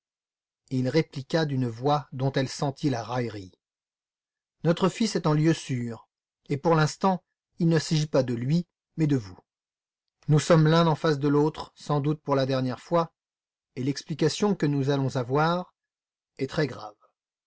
il répliqua d'une voix dont elle sentit la raillerie notre fils est en lieu sûr et pour l'instant il ne s'agit pas de lui mais de vous nous sommes l'un en face de l'autre sans doute pour la dernière fois et l'explication que nous allons avoir est très grave